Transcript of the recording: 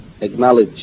acknowledge